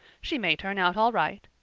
she may turn out all right.